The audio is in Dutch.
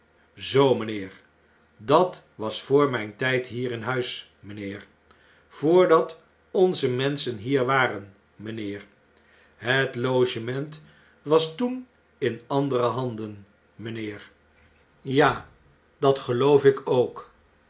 zoo mijnheer dat was voor mijn tijd hier in huis mijnheer voordat onze menschen hier waren mijnheer het logement was toen in andere handen mijnheer ja dat geloof ik ook